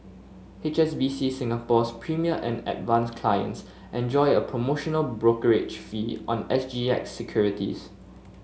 H S B C Singapore's Premier and Advance clients enjoy a promotional brokerage fee on S G X securities